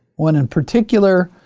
one in particular,